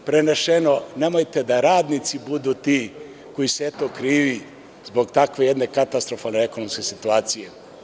Prenešeno – nemojte da radnici budu ti koji su eto krivi zbog takve jedne katastrofalne ekonomske situacije.